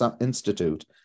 Institute